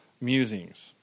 musings